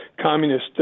communist